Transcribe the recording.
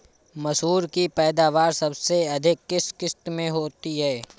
मसूर की पैदावार सबसे अधिक किस किश्त में होती है?